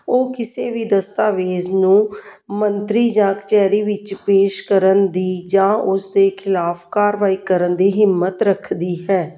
ਉਹ ਕਿਸੇ ਵੀ ਦਸਤਾਵੇਜ਼ ਨੂੰ ਮੰਤਰੀ ਜਾ ਕਚਹਿਰੀ ਵਿੱਚ ਪੇਸ਼ ਕਰਨ ਦੀ ਜਾਂ ਉਸ ਦੇ ਖਿਲਾਫ ਕਾਰਵਾਈ ਕਰਨ ਦੀ ਹਿੰਮਤ ਰੱਖਦੀ ਹੈ